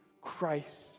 Christ